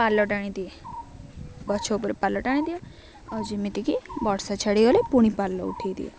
ପାଲ ଟାଣି ଦିଏ ଗଛ ଉପରେ ପାଲ ଟାଣି ଦିଏ ଆଉ ଯେମିତିକି ବର୍ଷା ଛାଡ଼ିଗଲେ ପୁଣି ପାଲ ଉଠାଇଦିଏ